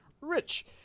Rich